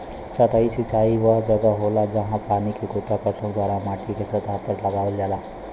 सतही सिंचाई वह जगह होला, जहाँ पानी के गुरुत्वाकर्षण द्वारा माटीके सतह पर लगावल जाला